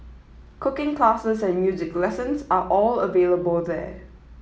cooking classes and music lessons are all available there